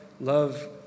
love